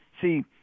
See –